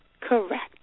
correct